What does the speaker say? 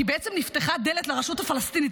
כי בעצם נפתחה דלת לרשות הפלסטינית.